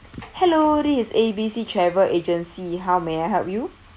hello this is A B C travel agency how may I help you